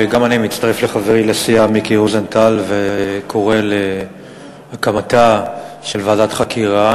גם אני מצטרף לחברי לסיעה מיקי רוזנטל וקורא להקמתה של ועדת חקירה.